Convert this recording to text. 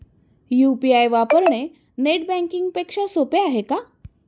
UPI वापरणे net banking पेक्षा सोपे आहे का?